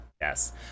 yes